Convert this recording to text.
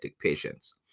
patients